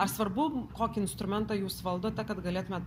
ar svarbu kokį instrumentą jūs valdote kad galėtumėt